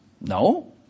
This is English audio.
No